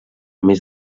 més